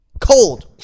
Cold